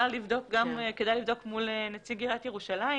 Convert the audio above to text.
כדאי לבדוק גם עם נציג עיריית ירושלים